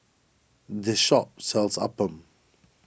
this shop sells Appam